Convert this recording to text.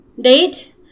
date